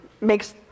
makes